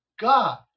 God